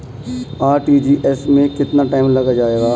RTGS में कितना time लग जाएगा?